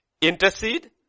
Intercede